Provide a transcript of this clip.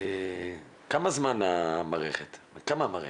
כמה זמן המערכת עובדת?